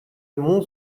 mont